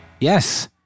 Yes